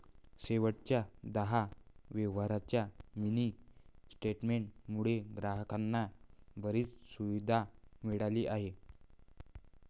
शेवटच्या दहा व्यवहारांच्या मिनी स्टेटमेंट मुळे ग्राहकांना बरीच सुविधा मिळाली आहे